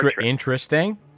Interesting